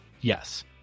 Yes